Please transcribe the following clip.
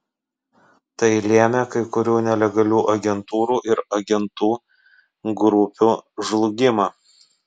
tai lėmė kai kurių nelegalių agentūrų ir agentų grupių žlugimą